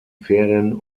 ferien